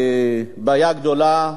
בעיה גדולה,